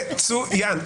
מצוין.